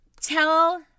Tell